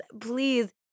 please